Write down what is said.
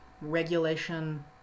regulation